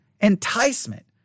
enticement